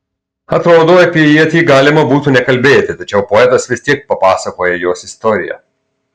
atrodo apie ietį galima būtų nekalbėti tačiau poetas vis tiek papasakoja jos istoriją